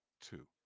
Two